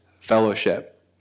fellowship